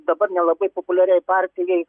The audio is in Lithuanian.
dabar nelabai populiariai partijai